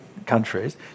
countries